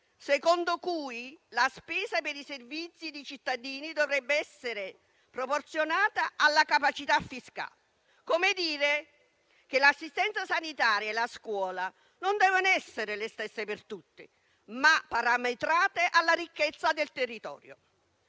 secondo cui la spesa per i servizi ai cittadini dovrebbe essere proporzionata alla capacità fiscale. Come dire che l'assistenza sanitaria e la scuola non devono essere le stesse per tutti, ma parametrate alla ricchezza del territorio.